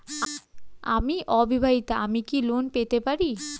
আমি অবিবাহিতা আমি কি লোন পেতে পারি?